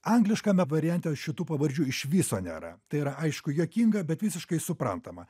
angliškame variante šitų pavardžių iš viso nėra tai yra aišku juokinga bet visiškai suprantama